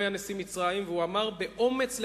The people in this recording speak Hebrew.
היה נשיא מצרים והוא אמר באומץ לעצמו: